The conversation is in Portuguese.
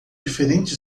diferentes